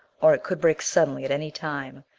or it could break suddenly at any time.